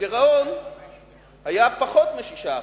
הגירעון היה פחות מ-6%,